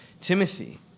Timothy